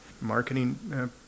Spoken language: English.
marketing